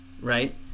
Right